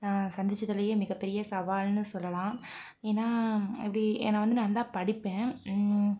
நான் சந்திச்சதிலயே மிகப்பெரிய சவால்னு சொல்லலாம் ஏன்னா எப்படி நான் வந்து நல்லா படிப்பேன்